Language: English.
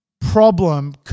problem